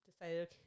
decided